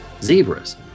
zebras